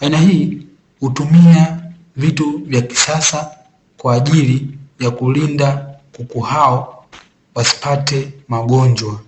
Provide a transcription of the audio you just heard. aina hii hutumia vitu vya kisasa kwa ajili ya kulinda kuku hao wasipate magonjwa.